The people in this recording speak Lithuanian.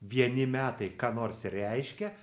vieni metai ką nors reiškia